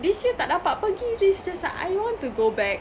this year tak dapat pergi it's just like I want to go back